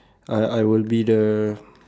I I will be the